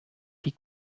die